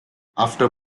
after